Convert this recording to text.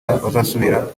bazasubira